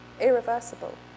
irreversible